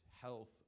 health